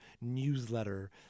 newsletter